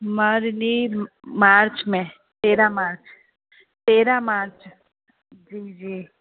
मां ॾिनी मार्च में तेरहं मार्च तेरहं मार्च जी जी